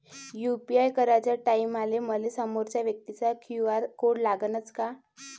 UPI कराच्या टायमाले मले समोरच्या व्यक्तीचा क्यू.आर कोड लागनच का?